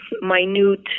minute